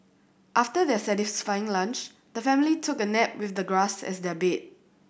after their satisfying lunch the family took a nap with the grass as their bed